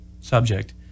subject